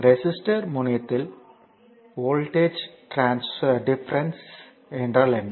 resistor முனையத்தில் voltage difference என்ன